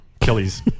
Kelly's